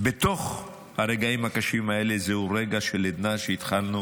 בתוך הרגעים הקשים האלה זהו רגע של עדנה שהתחלנו